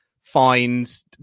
finds